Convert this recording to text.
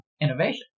innovation